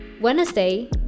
wednesday